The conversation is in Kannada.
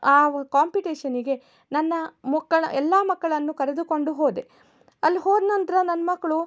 ಆ ಕಾಂಪಿಟೇಶನ್ನಿಗೆ ನನ್ನ ಮಕ್ಕಳ ಎಲ್ಲ ಮಕ್ಕಳನ್ನು ಕರೆದುಕೊಂಡು ಹೋದೆ ಅಲ್ಲಿ ಹೋದ ನಂತರ ನನ್ನ ಮಕ್ಕಳು